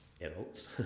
adults